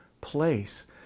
place